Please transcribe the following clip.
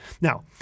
Now